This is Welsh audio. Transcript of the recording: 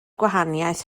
gwahaniaeth